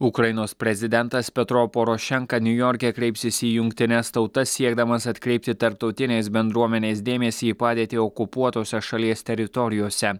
ukrainos prezidentas petro porošenka niujorke kreipsis į jungtines tautas siekdamas atkreipti tarptautinės bendruomenės dėmesį į padėtį okupuotose šalies teritorijose